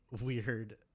weird